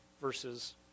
versus